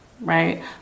right